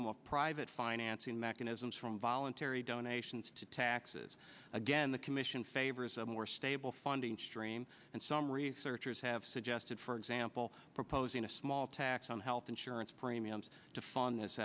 of private financing mechanisms from voluntary donations to taxes again the commission favors a more stable funding stream and some researchers have suggested for example proposing a small tax on health insurance premiums to fund this